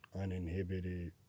uninhibited